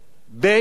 בן ישיבה,